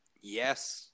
yes